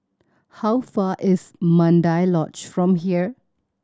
how far is Mandai Lodge from here